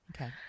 okay